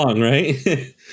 right